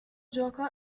gioco